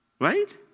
Right